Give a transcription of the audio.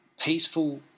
peaceful